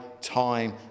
time